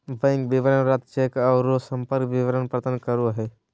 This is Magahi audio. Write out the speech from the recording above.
बैंक विवरण रद्द चेक औरो संपर्क विवरण प्रदान करो हइ